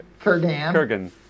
Kurgan